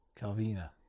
Calvina